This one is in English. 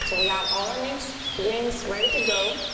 so we have all our mixed greens ready to go.